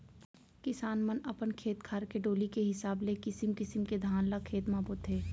किसान मन अपन खेत खार के डोली के हिसाब ले किसिम किसिम के धान ल खेत म बोथें